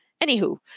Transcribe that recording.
Anywho